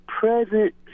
present